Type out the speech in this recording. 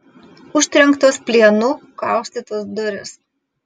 užtrenktos plienu kaustytos durys